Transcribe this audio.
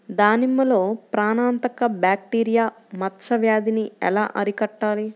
దానిమ్మలో ప్రాణాంతక బ్యాక్టీరియా మచ్చ వ్యాధినీ ఎలా అరికట్టాలి?